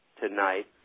tonight